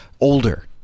older